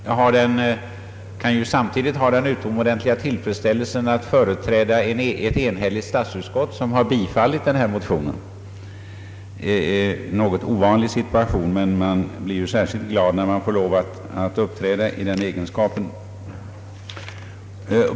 Jag kan samtidigt ha den utomordentliga tillfredsställelsen att företräda ett enhälligt statsutskott som tillstyrkt motionen, en något ovanlig situation, men man blir ju särskilt glad när man får möjlighet att framträda i den egenskapen.